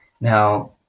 Now